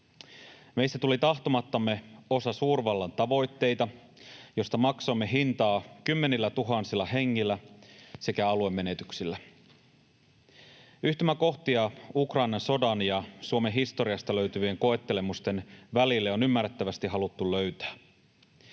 Meistä tuli tahtomattamme osa suurvallan tavoitteita, mistä maksoimme hintaa kymmenillätuhansilla hengillä sekä aluemenetyksillä. Yhtymäkohtia Ukrainan sodan ja Suomen historiasta löytyvien koettelemusten välille on ymmärrettävästi haluttu löytää: